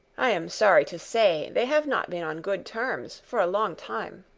i am sorry to say they have not been on good terms for a long time.